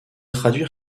traduire